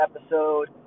episode